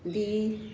ਦੀ